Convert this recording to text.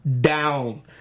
down